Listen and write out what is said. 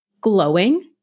glowing